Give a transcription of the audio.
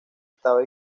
estaba